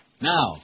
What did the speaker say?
Now